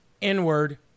inward